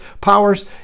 powers